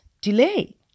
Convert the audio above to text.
delay